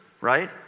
right